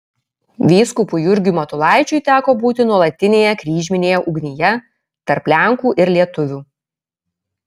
vyskupui jurgiui matulaičiui teko būti nuolatinėje kryžminėje ugnyje tarp lenkų ir lietuvių